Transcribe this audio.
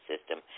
system